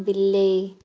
ବିଲେଇ